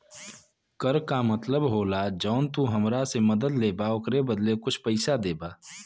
कर का मतलब होला जौन तू हमरा से मदद लेबा ओकरे बदले कुछ पइसा देबा